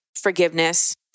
forgiveness